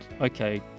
Okay